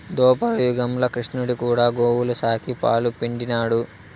దోపర యుగంల క్రిష్ణుడు కూడా గోవుల సాకి, పాలు పిండినాడు